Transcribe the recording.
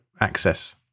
access